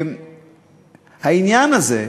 העניין הזה,